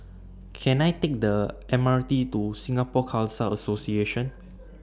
Can I Take The M R T to Singapore Khalsa Association